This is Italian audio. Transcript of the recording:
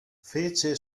fece